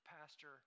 pastor